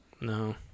No